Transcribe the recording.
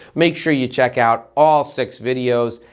make sure you check out all six videos.